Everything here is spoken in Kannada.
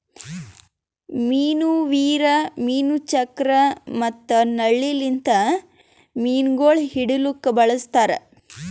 ಮೀನು ವೀರ್, ಮೀನು ಚಕ್ರ ಮತ್ತ ನಳ್ಳಿ ಲಿಂತ್ ಮೀನುಗೊಳ್ ಹಿಡಿಲುಕ್ ಬಳಸ್ತಾರ್